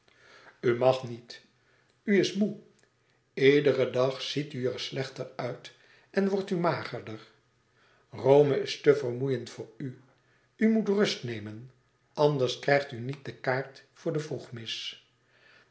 mag niet u is moê iederen dag ziet u er slechter uit en wordt u magerder rome is te vermoeiend voor u u moet rust nemen anders krijgt u niet de kaart voor de